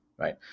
Right